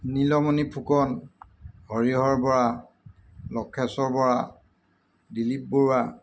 Nilmani Phukan Harihar Bora Lakheswar Bora Dilip Bora